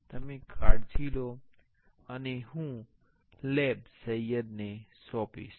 તમે કાળજી લો અને હું લેબ સૈયદને સોંપીશ